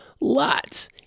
lots